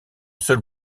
seul